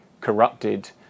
corrupted